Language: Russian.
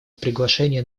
приглашение